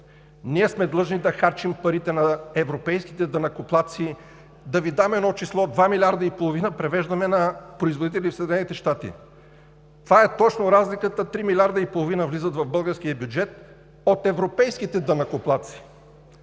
Ние сме длъжни да харчим парите на европейските данъкоплатци. Да Ви дам едно число. Два милиарда и половина привеждаме на производители в Съединените щати – това е точно разликата. Три милиарда и половина влизат в българския бюджет от европейските данъкоплатци,